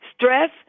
Stress